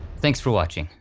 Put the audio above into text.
thanks for watching!